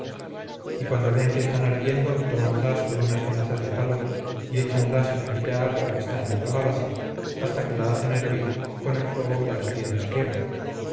y cuando ven que están ardiendo tómanlas con unas tenazas de palo y échanlas en aquella agua que está en la calabaza hasta que la hacen hervir con el fuego que las piedras llevan